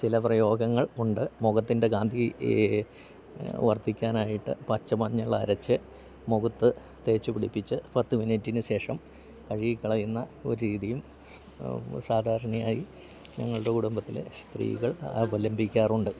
ചില പ്രയോഗങ്ങൾ ഉണ്ട് മുഖത്തിൻ്റെ കാന്തി വർദ്ധിക്കാനായിട്ട് പച്ച മഞ്ഞളരച്ച് മുഖത്തു തേച്ചുപിടിപ്പിച്ച് പത്ത് മിനിറ്റിനുശേഷം കഴുകിക്കളയുന്ന ഒരു രീതിയും സാധാരണയായി ഞങ്ങളുടെ കുടുംബത്തിലെ സ്ത്രീകൾ അവലംബിക്കാറുണ്ട്